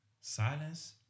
silence